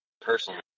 Personally